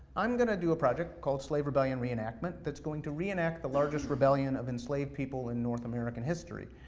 i'm gonna do a project called slave rebellion reenactment that's going to reenact the largest rebellion of enslaved people in north american history.